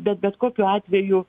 bet bet kokiu atveju